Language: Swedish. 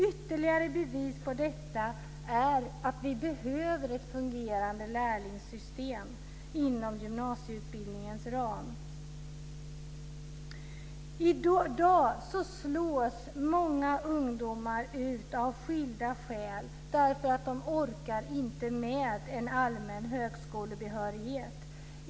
Ytterligare bevis på detta är att vi behöver ett fungerande lärlingssystem inom gymnasieutbildningens ram. I dag slås många ungdomar ut av skilda skäl därför att de orkar inte med att skaffa sig en allmän högskolebehörighet.